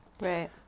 Right